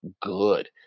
good